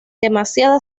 demasiada